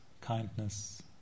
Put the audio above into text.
kindness